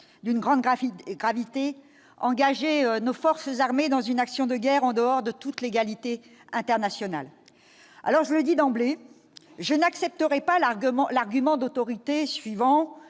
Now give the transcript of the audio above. d'une grande gravité : engager nos forces armées dans une action de guerre en dehors de toute légalité internationale. Je le dis d'emblée, je n'accepterai pas l'argument d'autorité consistant